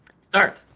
start